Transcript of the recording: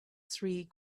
three